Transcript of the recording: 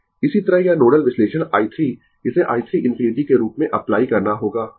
Refer Slide Time 1906 इसी तरह यह नोडल विश्लेषण i 3 इसे i 3 ∞ के रूप में अप्लाई करना होगा